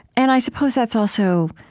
and i suppose that's also,